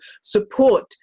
support